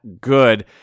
good